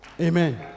Amen